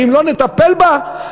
ואם לא נטפל בה,